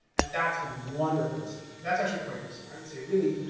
and that's been wonderful to see. but that's actually quite recent. i would say really,